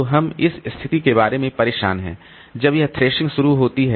तो हम इस स्थिति के बारे में परेशान हैं जब यह थ्रेशिंग शुरू होती है